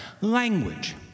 language